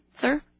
sir